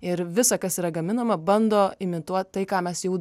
ir visa kas yra gaminama bando imituot tai ką mes jau